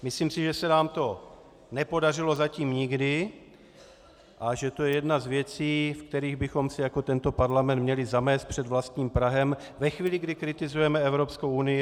Myslím si, že se nám to nepodařilo zatím nikdy a že to je jedna z věcí, v kterých bychom si jako tento parlament měli zamést před vlastním prahem ve chvíli, kdy kritizujeme Evropskou unii.